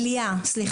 לגיטימיות?